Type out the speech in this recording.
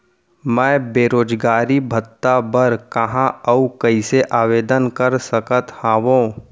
मैं बेरोजगारी भत्ता बर कहाँ अऊ कइसे आवेदन कर सकत हओं?